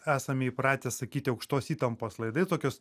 esam įpratę sakyti aukštos įtampos laidai tokios